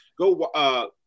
Go